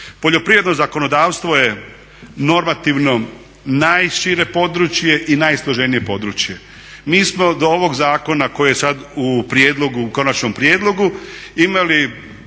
Poljoprivredno zakonodavstvo je normativno najšire područje i najsloženije područje. Mi smo do ovog zakona koji je sada u prijedlogu, konačnom prijedlogu imali preko